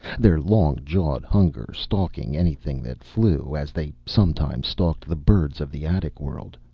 their long-jawed hunger stalking anything that flew as they sometimes stalked the birds of the attic world,